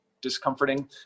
discomforting